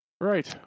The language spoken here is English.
Right